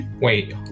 Wait